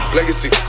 Legacy